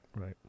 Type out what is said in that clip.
Right